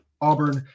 Auburn